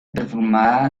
perfumada